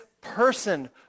person